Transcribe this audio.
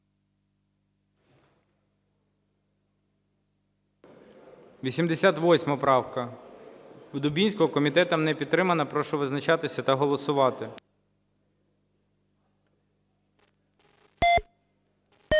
88 правка Дубінського. Комітетом не підтримана. Прошу визначатися та голосувати.